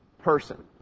person